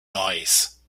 noise